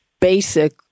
Basic